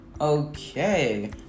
Okay